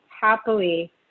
happily